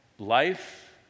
Life